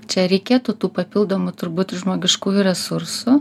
čia reikėtų tų papildomų turbūt žmogiškųjų resursų